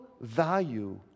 value